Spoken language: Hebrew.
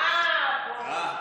הינה.